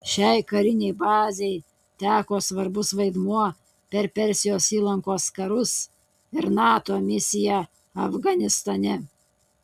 šiai karinei bazei teko svarbus vaidmuo per persijos įlankos karus ir nato misiją afganistane